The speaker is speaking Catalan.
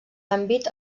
àmbit